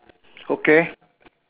okay